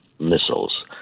missiles